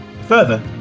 Further